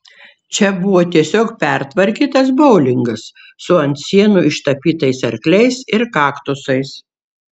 čia buvo tiesiog pertvarkytas boulingas su ant sienų ištapytais arkliais ir kaktusais